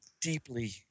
deeply